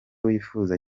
wifuza